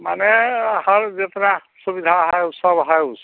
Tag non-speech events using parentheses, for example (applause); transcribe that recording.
माने हर (unintelligible) सुविधा है वह सब है उसमें